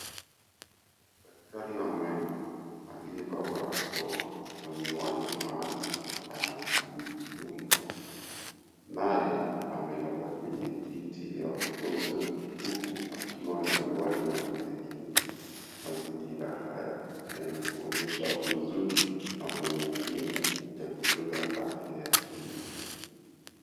Daktari wa meno aliyevaa barakoa na miwani maalum anamshughulikia mgonjwa, naye amelala kwenye kiti ya wagonjwa huku akiwa na miwani ya kujikinga. Mazingira haya yanatuonyesha uzuri na umuhimu ya kutunza afya ya kinywa.